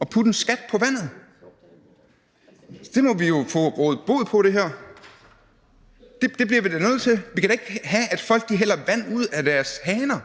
at lægge en skat på vandet. Det må vi jo få rådet bod på. Det bliver vi da nødt til. Vi kan da ikke have, at folk tapper vand af deres haner